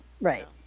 right